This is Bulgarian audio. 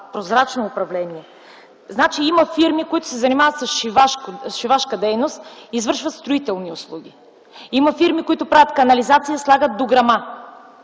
прозрачно управление. Има фирми, които се занимават с шивашка дейност и извършват строителни услуги. Има фирми, които правят канализация и слагат дограма.